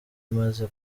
imaze